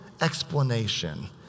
explanation